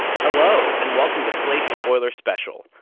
hello and welcome to slate's spoiler special.